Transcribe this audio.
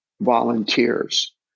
volunteers